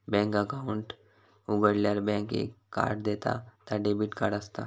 bank account उघाडल्यार bank एक card देता ता डेबिट कार्ड असता